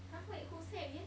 !huh! wait who said again